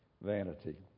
vanity